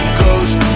ghost